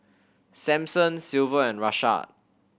Samson Silver and Rashaad